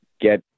get